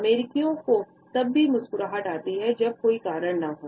अमेरिकियों को तब भी मुस्कुराहट आती थी जब कोई कारण न हो